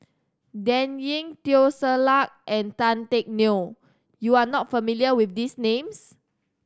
Dan Ying Teo Ser Luck and Tan Teck Neo you are not familiar with these names